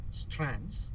strands